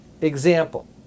Example